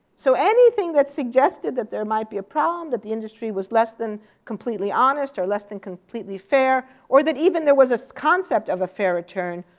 so anything that suggested that there might be a problem, that the industry was less than completely honest, or less than completely fair, or that even there was a so concept of a fair return,